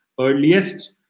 earliest